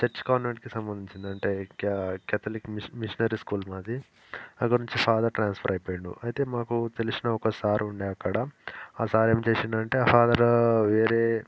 church కాన్వెంట్కి సంబంధించింది అంటే క్యా క్యాథలిక్ మిషన్ మిషనరీ స్కూల్ మాది అందులో నుంచి ఫాదర్ ట్రాన్స్ఫర్ అయిపోయాడు అయితే మాకు తెలిసిన ఒక సార్ ఉండే అక్కడ ఆ సార్ ఏమి చేసాడు అంటే ఆ ఫాదర్ వేరే